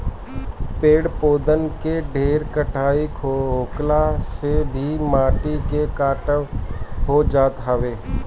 पेड़ पौधन के ढेर कटाई होखला से भी माटी के कटाव हो जात हवे